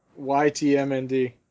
YTMND